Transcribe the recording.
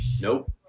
Nope